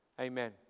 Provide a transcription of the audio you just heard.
Amen